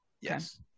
yes